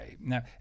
Now